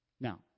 Now